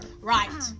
Right